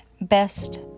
best